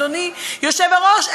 אדוני היושב-ראש,